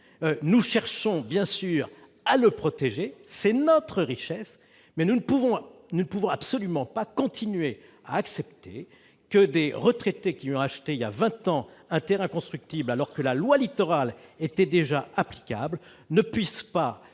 Nous cherchons bien sûr à le protéger, car c'est notre richesse, mais nous ne pouvons absolument pas continuer à accepter que des retraités qui ont acheté un terrain constructible voilà vingt ans, alors que la loi Littoral était déjà applicable, ne puissent pas